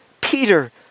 Peter